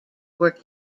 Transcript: were